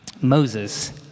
Moses